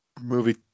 movie